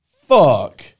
Fuck